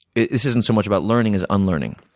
isn't so much about learning as unlearning.